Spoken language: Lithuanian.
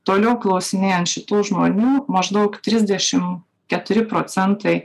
toliau klausinėjant šitų žmonių maždaug trisdešim keturi procentai